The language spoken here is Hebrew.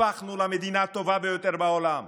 הפכנו למדינה הטובה ביותר בעולם.